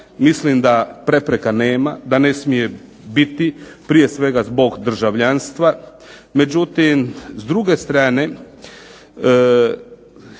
mislim da prepreka nema, da ne smije biti, prije svega zbog državljanstva, međutim s druge strane